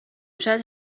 شاید